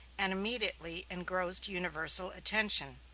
and immediately engrossed universal attention.